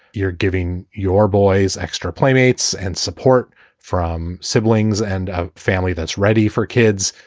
you're giving your boys extra playmates and support from siblings and a family that's ready for kids.